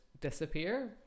disappear